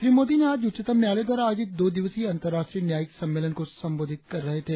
श्री मोदी ने आज उच्चतम न्यायालय द्वारा आयोजित दो दिवसीय अंतर्राष्ट्रीय न्यायिक सम्मेलन को संबोधित कर रहे थे